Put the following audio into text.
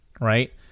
right –